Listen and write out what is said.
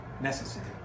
necessary